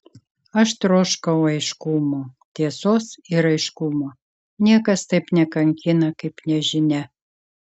aš troškau aiškumo tiesos ir aiškumo niekas taip nekankina kaip nežinia